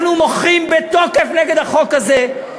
אנחנו מוחים בתוקף נגד החוק הזה,